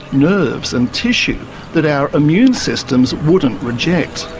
nerves and tissue that our immune systems wouldn't reject.